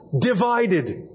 divided